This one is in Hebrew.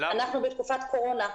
אנחנו בתקופת קורונה.